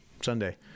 Sunday